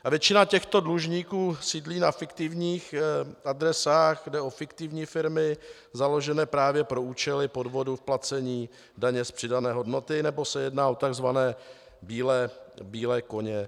A většina těchto dlužníků sídlí na fiktivních adresách, jde o fiktivní firmy založené právě pro účely podvodu v placení daně z přidané hodnoty nebo se jedná o tzv. bílé koně.